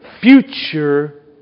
future